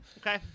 Okay